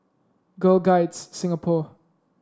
Girl Guides Singapore